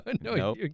No